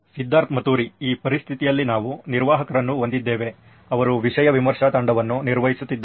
ಸಿದ್ಧಾರ್ಥ್ ಮತುರಿ ಈ ಪರಿಸ್ಥಿತಿಯಲ್ಲಿ ನಾವು ನಿರ್ವಾಹಕರನ್ನು ಹೊಂದಿದ್ದೇವೆ ಅವರು ವಿಷಯ ವಿಮರ್ಶೆ ತಂಡವನ್ನು ನಿರ್ವಹಿಸುತ್ತಿದ್ದಾರೆ